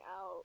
out